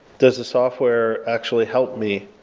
does the software actually help me?